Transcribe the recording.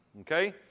Okay